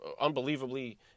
unbelievably